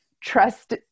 trust